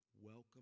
Welcome